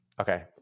Okay